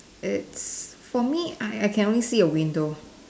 it's for me I I can only see a window